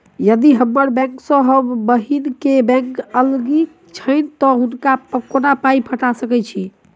यदि हम्मर बैंक सँ हम बहिन केँ बैंक अगिला छैन तऽ हुनका कोना पाई पठा सकैत छीयैन?